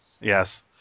Yes